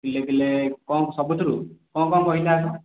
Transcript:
କିଲେ କିଲେ କ'ଣ ସବୁଥିରୁ କ'ଣ କ'ଣ କହିଲେ ଆଗ